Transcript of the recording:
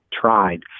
tried